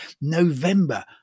November